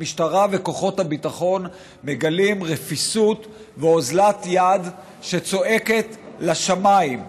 המשטרה וכוחות הביטחון מגלים רפיסות ואוזלת יד שצועקות לשמיים.